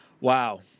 Wow